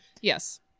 yes